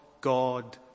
God